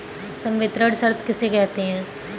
संवितरण शर्त किसे कहते हैं?